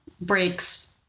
breaks